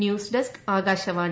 news desk Akashvani